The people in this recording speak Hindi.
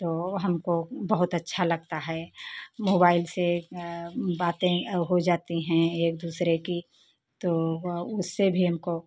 तो हमको बहुत अच्छा लगता है मोबाइल से बातें हो जाती हैं एक दूसरे की तो उससे भी हमको